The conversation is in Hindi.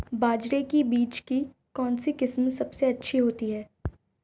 बाजरे के बीज की कौनसी किस्म सबसे अच्छी होती है?